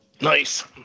Nice